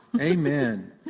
Amen